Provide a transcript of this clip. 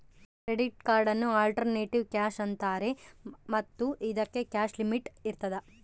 credit ಕಾರ್ಡನ್ನು alternative cash ಅಂತಾರೆ ಮತ್ತು ಇದಕ್ಕೆ ಕ್ಯಾಶ್ ಲಿಮಿಟ್ ಇರ್ತದ